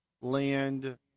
land